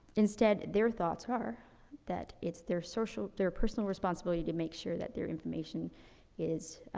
instead, their thoughts are that it's their social their personal responsibility to make sure that their information is,